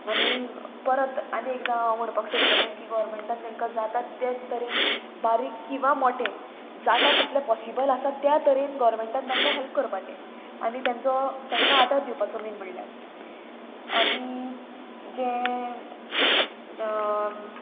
आनी परत आनी एकदां हांव म्हणपाक सोदतलें की गोवोरमेंटान तांकां जाता ते तरेन बारीक किंवां मोटें जाता तितलें पॉसिबल आसा त्या तरेन गोरमेंटान तांकां हेल्प करपाचें आनी तेंचो तांकां आदार दिवपाचो मेन म्हणल्यार आनी जें